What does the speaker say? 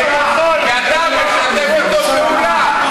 ואתה משתף אתו פעולה.